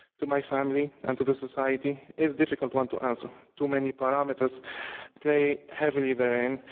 to my family and to the society, is difficult one to answer. too many parameters play heavily therein,